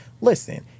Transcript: listen